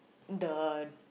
the